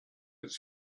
its